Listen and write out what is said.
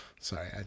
Sorry